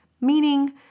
Meaning